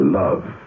love